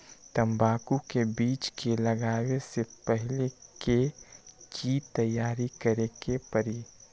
तंबाकू के बीज के लगाबे से पहिले के की तैयारी करे के परी?